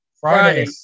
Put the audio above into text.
Friday